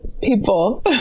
people